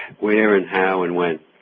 where, and how, and when?